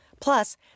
Plus